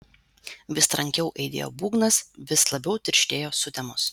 vis trankiau aidėjo būgnas vis labiau tirštėjo sutemos